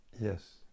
Yes